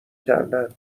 کردن